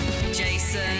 Jason